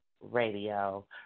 Radio